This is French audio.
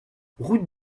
route